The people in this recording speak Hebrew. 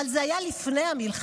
אבל זה היה לפני המלחמה.